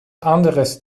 anderes